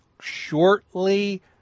shortly